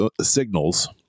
signals